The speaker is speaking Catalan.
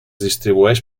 distribueix